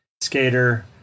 skater